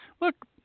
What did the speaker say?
look